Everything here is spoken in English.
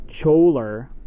choler